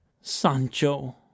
sancho